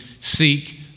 seek